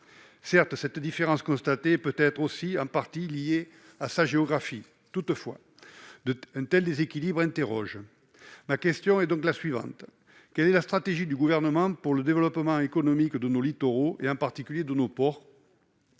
Certes, cette différence constatée peut aussi être en partie liée à la géographie. Toutefois, un tel déséquilibre interroge. Ma question est donc la suivante, madame la ministre : quelle est la stratégie du Gouvernement pour le développement économique de nos littoraux, en particulier de nos ports ?